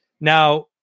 now